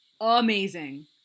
amazing